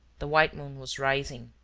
the white moon was rising.